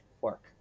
work